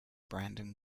brandon